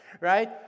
right